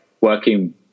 Working